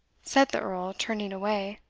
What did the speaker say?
said the earl, turning away.